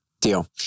deal